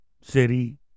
City